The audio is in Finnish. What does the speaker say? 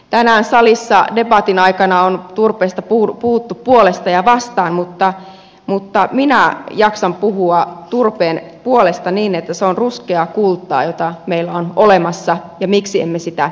tänään salissa debatin aikana on turpeesta puhuttu puolesta ja vastaan mutta minä jaksan puhua turpeen puolesta niin että se on ruskeaa kultaa jota meillä on olemassa ja miksi emme sitä hyödyntäisi